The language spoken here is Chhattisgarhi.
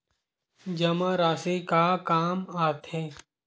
जमा राशि का काम आथे?